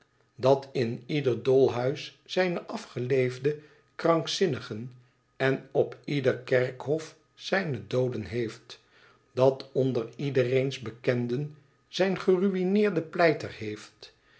dat in ieder dolhuis zijne afgeleefde krankzinnigen en op ieder kerkhof zijne dooden heeft dat onder iedereens bekenden zijn geruïneerden pleiter heeft